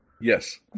Yes